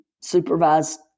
supervised